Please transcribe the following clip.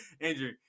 Andrew